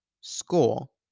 school